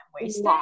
wasting